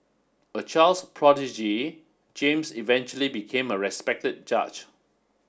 a child's prodigy James eventually became a respected judge